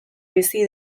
bizi